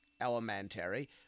elementary